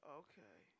okay